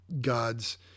God's